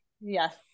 Yes